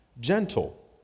gentle